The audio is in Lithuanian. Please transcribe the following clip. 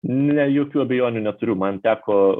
ne jokių abejonių neturiu man teko